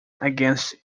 against